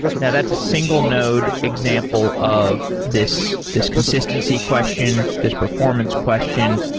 now, that's a single node example of this this consistency question, this performance question.